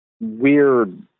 weird